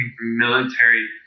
military